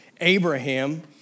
Abraham